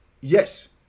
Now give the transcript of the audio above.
Yes